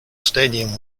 stadium